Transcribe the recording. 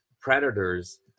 predators